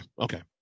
Okay